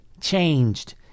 changed